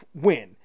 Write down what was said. win